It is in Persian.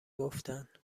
گفتن